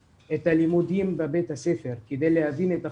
הלימודים בבית הספר כדי להבין את החומר,